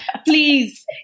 please